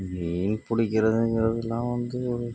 மீன் பிடிக்கிறதுங்கிறதுலாம் வந்து